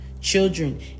Children